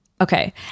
Okay